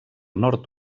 nord